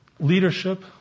Leadership